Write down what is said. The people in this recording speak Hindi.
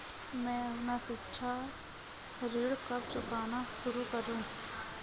मैं अपना शिक्षा ऋण कब चुकाना शुरू करूँ?